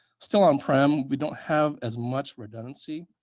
still on prem. we don't have as much redundancy.